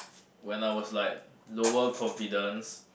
when I was like lower confidence